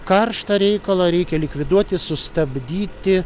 karštą reikalą reikia likviduoti sustabdyti